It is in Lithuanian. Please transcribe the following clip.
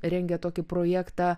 rengia tokį projektą